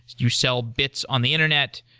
you sell bits on the internet.